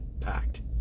packed